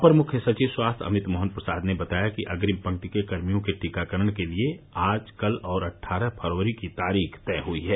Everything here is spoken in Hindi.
अपर मुख्य सचिव स्वास्थ्य अमित मोहन प्रसाद ने बताया कि अग्रिम पक्ति के कर्मियों के टीकाकरण के लिए आज कल और अट्ठारह फरवरी की तारीख तय हुई हैं